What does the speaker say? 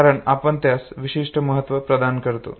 कारण आपण त्यास विशिष्ट महत्त्व प्रदान करतो